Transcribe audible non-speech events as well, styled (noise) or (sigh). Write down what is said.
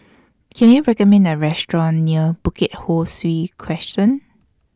(noise) Can YOU recommend A Restaurant near Bukit Ho Swee Crescent